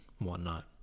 whatnot